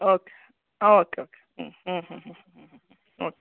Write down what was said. okay ಹಾಂ okay okay ಹ್ಞೂ ಹ್ಞೂ ಹ್ಞೂ ಹ್ಞೂ ಹ್ಞೂ ಹ್ಞೂ ಓಕೆ